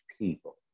people